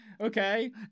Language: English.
okay